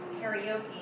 karaoke